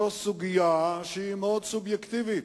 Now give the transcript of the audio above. היא סוגיה שהיא מאוד סובייקטיבית,